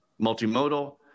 multimodal